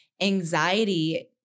anxiety